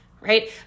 right